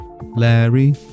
Larry